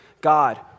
God